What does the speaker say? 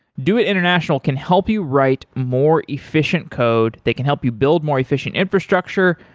doit international can help you write more efficient code. they can help you build more efficient infrastructure.